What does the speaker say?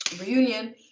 reunion